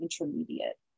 intermediate